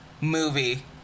movie